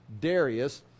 Darius